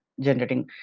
generating